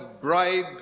bride